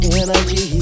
energy